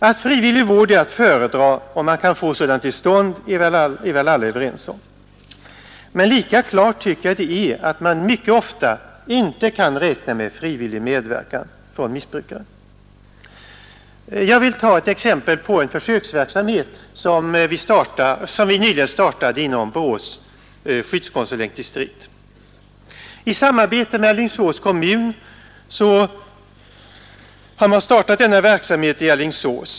Att frivillig vård är att föredra om man kan få sådan till stånd är väl alla överens om. Men lika klart är att man mycket ofta inte kan räkna med frivillig medverkan från missbrukarens sida. Jag vill i detta sammanhang ge exempel på en försöksverksamhet, som vi nyligen startade inom Borås skyddskonsulentdistrikt. I samarbete med Alingsås kommun har man påbörjat denna verksamhet i Alingsås.